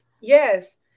Yes